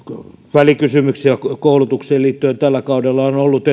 välikysymyksiä koulutukseen liittyen tällä kaudella niitä on ollut